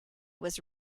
was